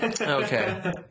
Okay